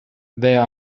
there